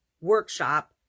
workshop